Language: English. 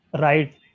right